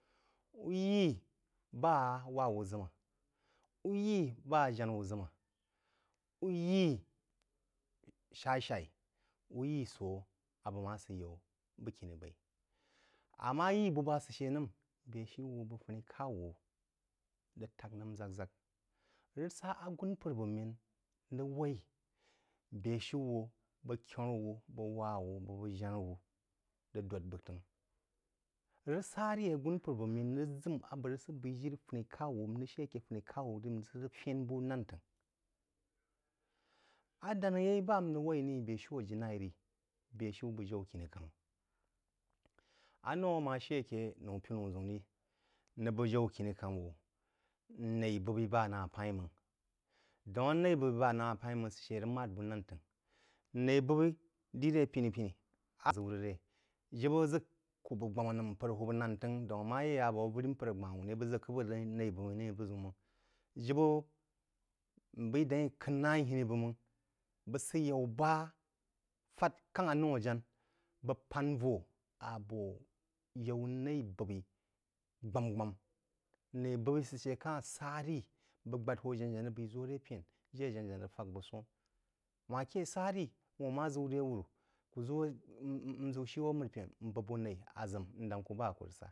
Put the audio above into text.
Ú yí bá wá wú ʒəmə, ú yí bá janá wú ʒəmə, ú yi sha-shá-í, ú yí sō á bəg má sə ké yaú bəgkini baí. Amá yí bəg bá sə shə nəm, bē-shiú wu bu bəg funí-k’au wú rəg tak nəm ʒagk-ʒagk. Rəg sá àgǔn mpər abō mən rəg waī bē-shiú wú bəg kyə’wu bəg wá wú bú bəg jàná-wú rəg dōd bəg t’əngh. Rəg sa rī agūn mpər abō mən rəg ʒam á bəg rəg sə b’aī jirí funi-k’au n rəg shə aké funi-k’au n rəg sə fən bú nān t’əngh, a danā yei bá n rəg waī nī ba n rəg waí ní bē-shiú a ji-laí rí, bē shiú bəg jaú-khini-kàmā-anōu a má shə aké noū pīnú ʒəun rí, n’əngh bəg jaú-khini-kámāwu nai bam-ī bá ná a p’aí-h máng, dàún á naú bōmp’ m-í bá na á p’ aí-h máng sə shə rəg mǎd bū nāng t’əngh. Naī bōmp’ mi dir ré pini-pini “ aʒəu rəg rə?” Jibə ʒək kú bəg gbámā nəm daún ammā yé ya bō avəri mpər gbān ‘wú rí, bəg ʒək k’əb bəg naī bōm’í ní bu-ʒəun māng. Jibə, n baī dēí-í k’əngh na hinī bəg mang-bəg sə yaú bá fād káng anōu a ján̄ bəg pā vō a bō yau̍ nai-bōm’-í gbām-gbām. Naī-bōm’-í sə shə ka-h sá rí bəg gba-hō janá-janá rəg beī ʒō rə pəna – jē jana-janá rəg fak bəg sō-nh. Wān ké sá rí wūn ma ʒəu rə ré wùrú, kú ʒəu n ʒəu shī wō a mərī-pəna n bōmp wú naí – aʒim, n dáng kú ba a kú rəg sá.